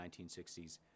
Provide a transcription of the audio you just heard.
1960s